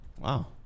Wow